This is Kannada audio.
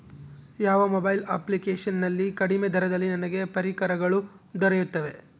ಯಾವ ಮೊಬೈಲ್ ಅಪ್ಲಿಕೇಶನ್ ನಲ್ಲಿ ಕಡಿಮೆ ದರದಲ್ಲಿ ನನಗೆ ಪರಿಕರಗಳು ದೊರೆಯುತ್ತವೆ?